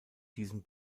diesen